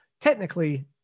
technically